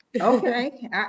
Okay